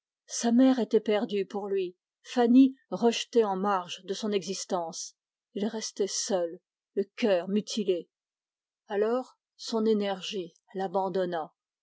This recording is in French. sa mère était perdue pour lui fanny rejetée en marge de son existence il restait seul le cœur mutilé alors